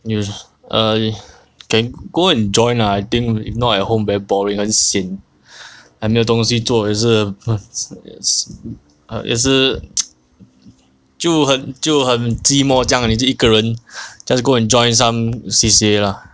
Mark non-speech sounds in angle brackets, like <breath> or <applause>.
你有 <breath> err <breath> can and join lah I think if not at home very boring 很 sian <breath> like 没有东西做也是 <noise> 也是 <noise> 就很就很寂寞这样你就一个人 just go and join some C_C_A lah